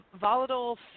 volatile